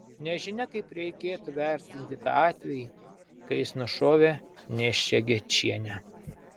nežinia kaip reikėtų vertinti tą atvejį kai jis nušovė nėščią gečienę